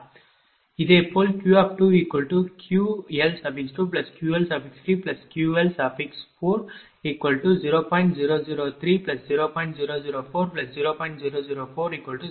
இதேபோல் Q2QL2QL3QL40